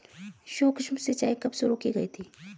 सूक्ष्म सिंचाई कब शुरू की गई थी?